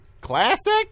Classic